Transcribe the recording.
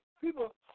People